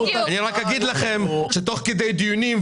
אני רק אגיד לכם שתוך כדי דיונים,